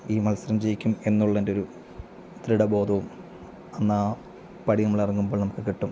ഈ മത്സരം ജയിക്കും എന്നുള്ള എൻറെ ഒരു ദൃഢബോധവും അന്നാ പടി നമ്മൾ ഇറങ്ങുമ്പോൾ നമുക്ക് കിട്ടും